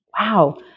Wow